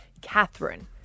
Catherine